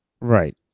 Right